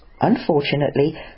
unfortunately